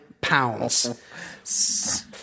pounds